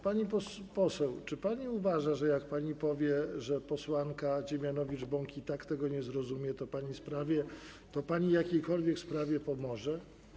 Pani poseł, czy pani uważa, że jak pani powie, że posłanka Dziemianowicz-Bąk i tak tego nie zrozumie, to pani w jakiejkolwiek sprawie pomoże?